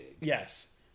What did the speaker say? Yes